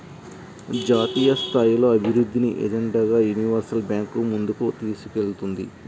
జాతీయస్థాయిలో అభివృద్ధిని ఎజెండాగా యూనివర్సల్ బ్యాంకు ముందుకు తీసుకెళ్తుంది